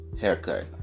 haircut